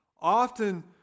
Often